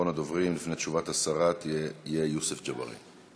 אחרון הדוברים לפני תשובת השרה יהיה יוסף ג'בארין.